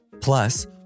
Plus